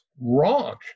Wrong